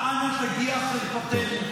עד אנה תגיע חרפתנו?